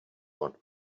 want